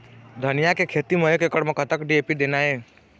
धनिया के खेती म एक एकड़ म कतक डी.ए.पी देना ये?